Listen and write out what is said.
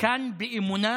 כאן באמונה